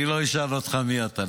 אני לא אשאל אותך מי אתה,